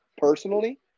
Personally